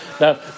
Now